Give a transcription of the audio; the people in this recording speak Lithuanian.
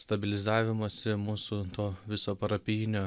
stabilizavimosi mūsų to viso parapijinio